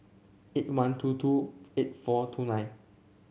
eight one two two eight four two nine